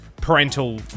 parental